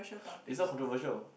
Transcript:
it's not controversial